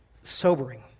Sobering